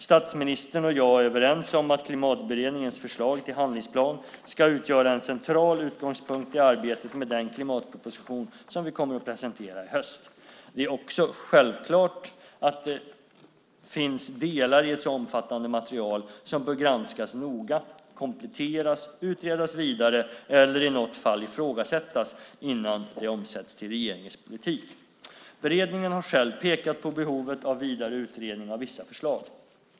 Statsministern och jag är överens om att Klimatberedningens förslag till handlingsplan ska utgöra en central utgångspunkt i arbetet med den klimatproposition som vi kommer att presentera i höst. Det är också självklart att det finns delar i ett så omfattande material som bör granskas noga, kompletteras, utredas vidare eller i något fall ifrågasättas innan de omsätts till regeringens politik. Beredningen har själv pekat på behovet av vidare utredning av vissa förslag.